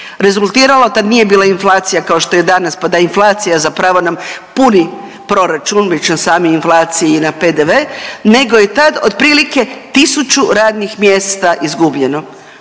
Rezultiralo tad nije bila inflacija kao što je danas pa da inflacija zapravo nam puni proračun već o samoj inflaciji i na PDV nego je tad otprilike tisuću radnih mjesta izgubljeno.